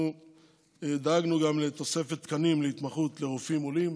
אנחנו דאגנו גם לתוספת תקנים להתמחות לרופאים עולים,